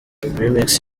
remix